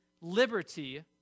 liberty